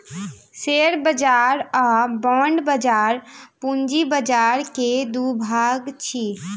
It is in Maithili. शेयर बाजार आ बांड बाजार पूंजी बाजार के दू भाग अछि